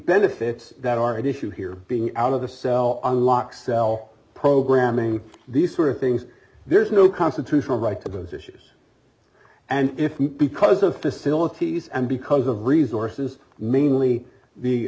benefits that are at issue here being out of the cell unlock cell programming these sort of things there's no constitutional right to those issues and if because of facilities and because of resorts is mainly the